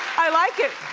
i like it.